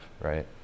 right